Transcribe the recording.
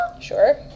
Sure